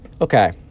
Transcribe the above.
okay